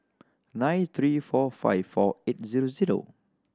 nine three four five four eight zero zero